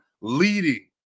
leading